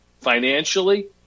Financially